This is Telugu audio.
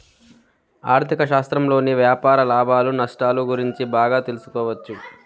ఆర్ధిక శాస్త్రంలోని వ్యాపార లాభాలు నష్టాలు గురించి బాగా తెలుసుకోవచ్చు